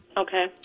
Okay